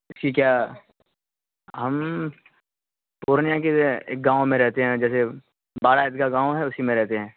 اس کی کیا ہم پورنیہ کے ایک گاؤں میں رہتے ہیں جیسے بارا عید گاہ گاؤں ہے اسی میں رہتے ہیں